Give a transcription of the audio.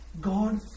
God